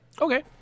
Okay